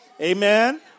Amen